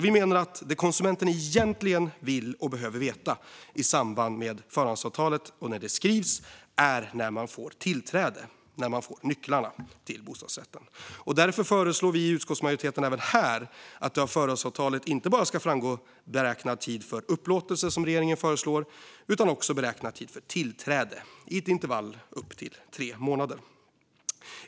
Vi menar att det konsumenten egentligen vill och behöver veta i samband med att förhandsavtalet skrivs är när man får tillträde, när man får nycklarna, till bostadsrätten. Därför föreslår vi i utskottsmajoriteten även här att det av förhandsavtalet inte bara ska framgå beräknad tid för upplåtelse, som regeringen föreslår, utan också beräknad tid för tillträde, i ett intervall om upp till tre månader.